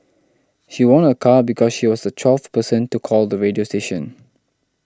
she won a car because she was the twelfth person to call the radio station